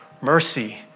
mercy